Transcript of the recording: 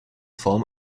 form